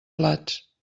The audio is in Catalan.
plats